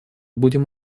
будем